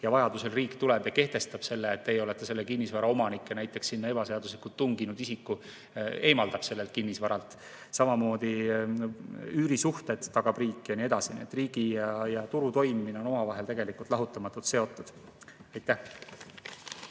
ja vajaduse korral riik tuleb ja kehtestab selle, et teie olete selle kinnisvara omanik, ja näiteks sinna ebaseaduslikult tunginud isiku eemaldab sellelt kinnisvaralt. Samamoodi üürisuhted tagab riik ja nii edasi. Nii et riigi ja turu toimimine on omavahel lahutamatult seotud. Aitäh!